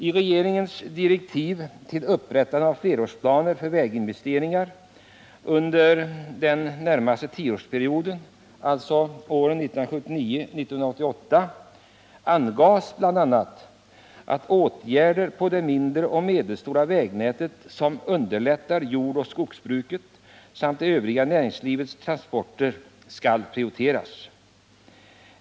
I regeringens direktiv till upprättande av flerårsplaner för väginvesteringar under den närmaste tioårsperioden 1979-1988 angavs bl.a. att åtgärder på det mindre och medelstora vägnätet, vilka underlättar jordoch skogsbrukets samt det övriga näringslivets transporter, skulle prioriteras.